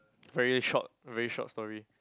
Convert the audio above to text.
very short very short story